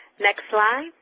next slide,